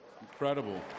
Incredible